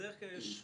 בדרך כלל יש חוגים.